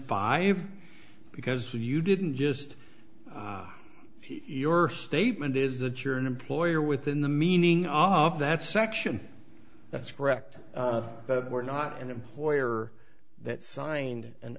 five because you didn't just your statement is that you're an employer within the meaning off that section that's correct we're not an employer that signed an